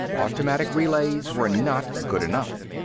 automatic relays were not good enough.